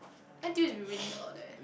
N_T_U has been raining a lot there